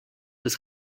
des